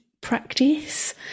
practice